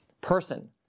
person